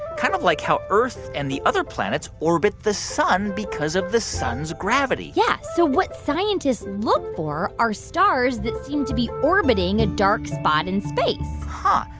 kind of like how earth and the other planets orbit the sun because of the sun's gravity yeah. so what scientists look for are stars that seem to be orbiting a dark spot in space huh.